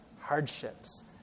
hardships